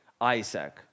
Isaac